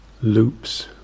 loops